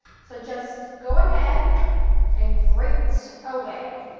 so just go ahead and grate away.